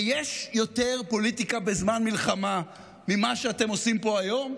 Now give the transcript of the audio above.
יש יותר פוליטיקה בזמן מלחמה ממה שאתם עושים פה היום?